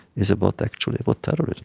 is about actually about terrorism.